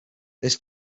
this